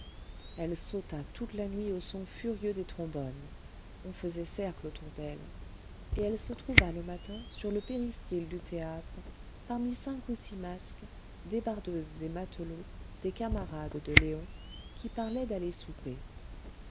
elle sauta toute la nuit au son furieux des trombones on faisait cercle autour d'elle et elle se trouva le matin sur le péristyle du théâtre parmi cinq ou six masques débardeuses et matelots des camarades de léon qui parlaient d'aller souper